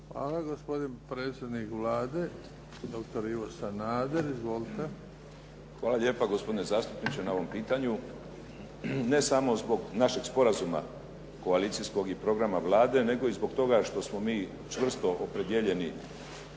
Hvala. Gospodin predsjednik Vlade doktor Ivo Sanader. Izvolite. **Sanader, Ivo (HDZ)** Hvala lijepa gospodine zastupniče na ovom pitanju. Ne samo zbog našeg sporazuma koalicijskog i programa Vlade nego i zbog toga što smo mi čvrsto opredijeljeni